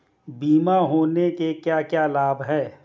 बीमा होने के क्या क्या लाभ हैं?